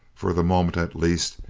for the moment, at least,